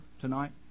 tonight